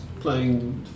playing